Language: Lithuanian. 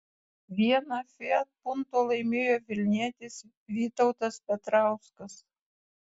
vieną fiat punto laimėjo vilnietis vytautas petrauskas